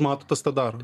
mato tas tą daro